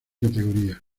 categoría